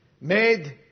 made